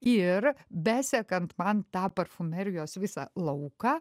ir besekant man tą parfumerijos visą lauką